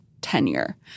tenure